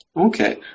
Okay